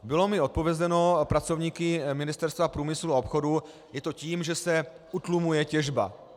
Bylo mi odpovězeno pracovníky Ministerstva průmyslu a obchodu: Je to tím, že se utlumuje těžba.